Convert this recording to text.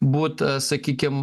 būt sakykim